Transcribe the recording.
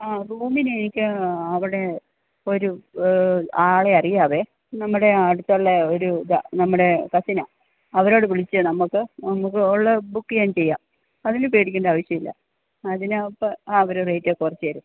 ആ റൂമിന് എനിക്ക് അവിടെ ഒരു ആളെ അറിയാം നമ്മുടെ അടുത്തുള്ള ഒരു ഇതാണ് നമ്മുടെ കസിനാണ് അവരോട് വിളിച്ചത് നമ്മൾക്ക് നമ്മൾക്ക് ഉള്ള ബുക്ക് ഞാൻ ചെയ്യാം അതിനു പേടിക്കേണ്ട ആവശ്യമില്ല അതിന് അപ്പം അവർ റേറ്റ് കുറച്ചു തരും